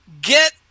get